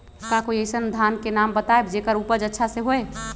का कोई अइसन धान के नाम बताएब जेकर उपज अच्छा से होय?